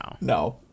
No